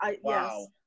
Wow